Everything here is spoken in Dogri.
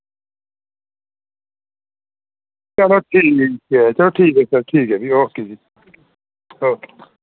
चलो ठीक ऐ चलो ठीक ऐ चलो ठीक ऐ फ्ही ओके जी ओके